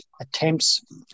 attempts